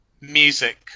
music